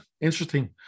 interesting